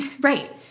Right